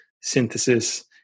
synthesis